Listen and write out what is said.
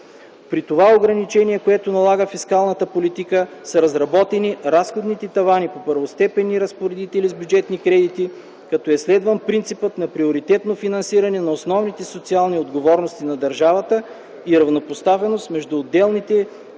При това ограничение, което налага фискалната политика, са разработени разходните тавани по първостепенни разпоредители с бюджетни кредити, като е следван принципът на приоритетно финансиране на основните социални отговорности на държавата и равнопоставеност между отделните